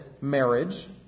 marriage